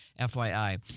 fyi